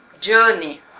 journey